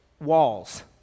walls